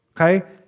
okay